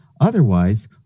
Otherwise